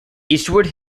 eastwood